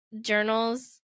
journals